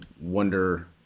wonder